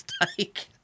mistake